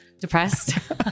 depressed